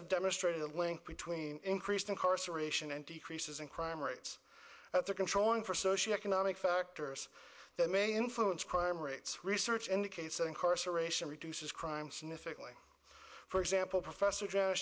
have demonstrated a link between increased incarceration and decreases in crime rates that they're controlling for social economic factors that may influence crime rates research indicates that incarceration reduces crime significantly for example professor